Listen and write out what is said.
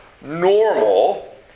normal